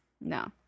no